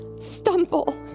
stumble